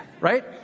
Right